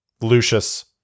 Lucius